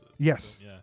Yes